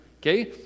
Okay